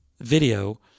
video